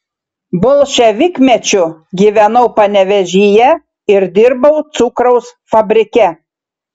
bolševikmečiu gyvenau panevėžyje ir dirbau cukraus fabrike